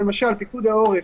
למשל פיקוד העורף,